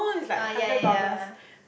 ah ya ya ya